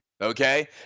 okay